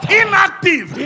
inactive